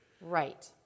Right